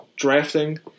drafting